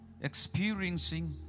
experiencing